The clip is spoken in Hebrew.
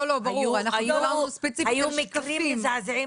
היו מקרים מזעזעים